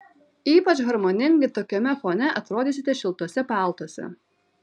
ypač harmoningai tokiame fone atrodysite šiltuose paltuose